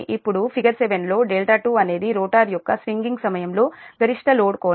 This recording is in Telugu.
ఇప్పుడు ఫిగర్ 7 లో δ2 అనేది రోటర్ యొక్క స్వింగింగ్ సమయంలో గరిష్ట లోడ్ కోణం